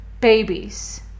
babies